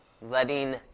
Letting